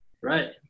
Right